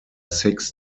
six